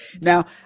Now